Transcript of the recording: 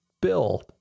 bill